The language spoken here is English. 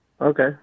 okay